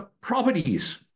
properties